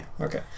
Okay